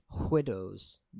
widows